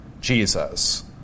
Jesus